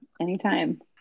anytime